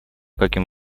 каким